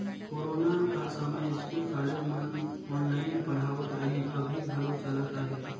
corona कर समें school, college मन ऑनलाईन पढ़ावत रहिन, अभीं घलो चलत अहे